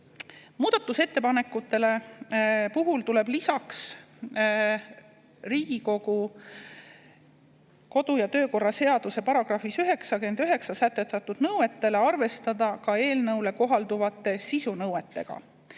Muudatusettepanekute puhul tuleb lisaks Riigikogu kodu‑ ja töökorra seaduse §‑s 99 sätestatud nõuetele arvestada ka eelnõule kohalduvate sisunõuetega.